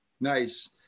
Nice